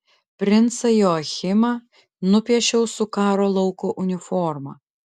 princą joachimą nupiešiau su karo lauko uniforma